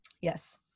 yes